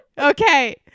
okay